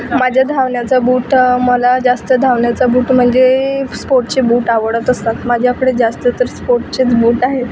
माझ्या धावण्याचा बूट मला जास्त धावण्याचा बूट म्हणजे स्पोटचे बूट आवडत असतात माझ्याकडे जास्त तर स्पोटचेच बूट आहे